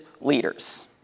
leaders